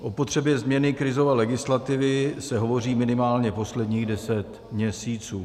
O potřebě změny krizové legislativy se hovoří minimálně posledních deset měsíců.